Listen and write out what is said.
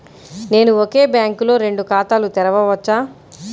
నేను ఒకే బ్యాంకులో రెండు ఖాతాలు తెరవవచ్చా?